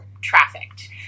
trafficked